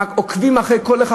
עוקבים אחרי כל אחד,